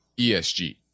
ESG